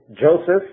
Joseph